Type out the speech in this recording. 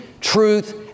truth